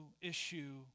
issue